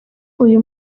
uyu